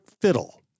fiddle